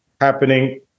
happening